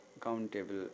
countable